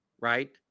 right